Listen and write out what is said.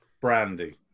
Brandy